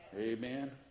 Amen